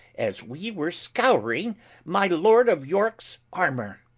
as wee were scowring my lord of yorkes armor